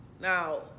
now